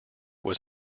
was